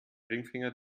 ringfinger